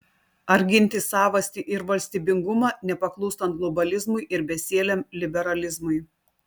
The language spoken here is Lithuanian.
ar ginti savastį ir valstybingumą nepaklūstant globalizmui ir besieliam liberalizmui